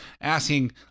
asking